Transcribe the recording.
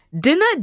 Dinner